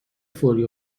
فوری